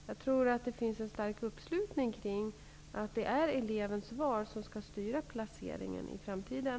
Jag tror att det finns en stark uppslutning kring att det är elevens val som skall styra placeringen i framtiden.